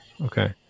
Okay